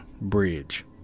Bridge